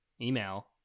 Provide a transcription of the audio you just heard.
Email